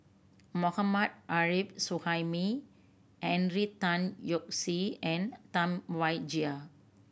Mohammad Arif Suhaimi Henry Tan Yoke See and Tam Wai Jia